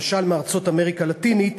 למשל מארצות אמריקה הלטינית,